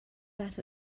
sat